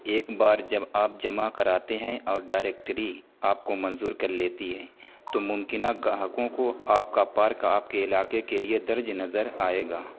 ایک بار جب آپ جمع کراتے ہیں اور ڈائرکٹری آپ کو منظور کر لیتی ہے تو ممکنہ گاہکوں کو آپ کا پارک آپ کے علاکے کے لیے درج نظر آئے گا